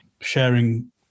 sharing